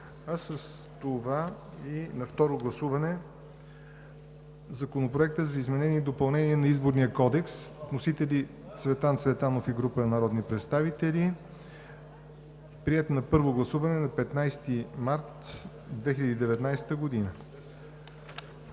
а с това и на второ гласуване –Законопроектът за изменение и допълнение на Изборния кодекс с вносители Цветан Цветанов и група народни представители, приет на първо гласуване на 15 март 2019 г.